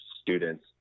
students